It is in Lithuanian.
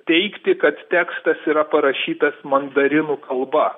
teigti kad tekstas yra parašytas mandarinų kalba